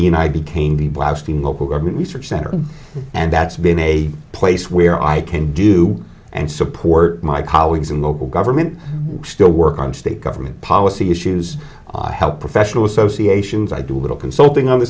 and i became the blasting local government research center and that's been a place where i can do and support my colleagues in local government still work on state government policy issues health professional associations i do a little consulting on the